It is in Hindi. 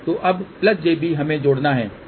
तो अब jb हमें जोड़ना है ठीक है